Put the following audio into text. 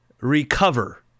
recover